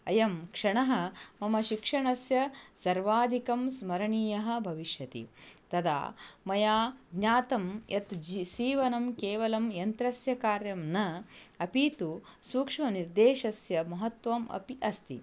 अयं क्षणः मम शिक्षणस्य सर्वाधिकं स्मरणीयः भविष्यति तदा मया ज्ञातं यत् जि सीवनं केवलं यन्त्रस्य कार्यं न अपि तु सूक्ष्मनिर्देशस्य महत्वम् अपि अस्ति